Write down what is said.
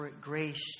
grace